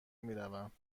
میروم